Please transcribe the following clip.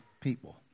people